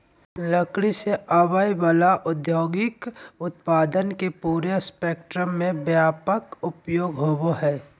लकड़ी से आवय वला औद्योगिक उत्पादन के पूरे स्पेक्ट्रम में व्यापक उपयोग होबो हइ